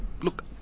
Look